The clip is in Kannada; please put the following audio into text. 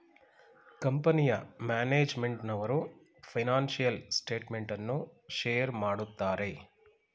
ಕಂಪನಿಯ ಮ್ಯಾನೇಜ್ಮೆಂಟ್ನವರು ಫೈನಾನ್ಸಿಯಲ್ ಸ್ಟೇಟ್ಮೆಂಟ್ ಅನ್ನು ಶೇರ್ ಮಾಡುತ್ತಾರೆ